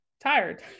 tired